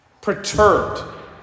perturbed